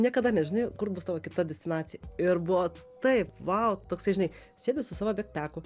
niekada nežinai kur bus tavo kita destinacija ir buvo taip vau toksai žinai sėdi su savo bekpeku